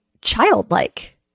childlike